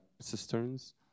cisterns